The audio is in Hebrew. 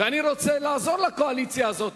ואני רוצה לעזור לקואליציה הזאת,